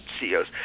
CEOs